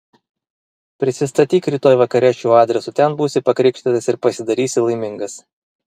prisistatyk rytoj vakare šiuo adresu ten būsi pakrikštytas ir pasidarysi laimingas